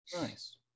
nice